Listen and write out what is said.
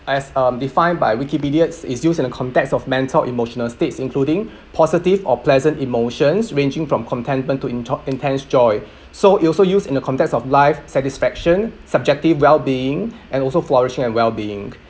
as um defined by Wikipedia it's used in the context of mental emotional states including positive or pleasant emotions ranging from contentment to into~ intense joy so it'll also used in the context of life satisfaction subjective well-being and also flourishing and well-being